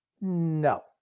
No